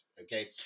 Okay